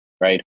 right